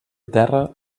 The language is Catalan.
terra